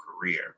career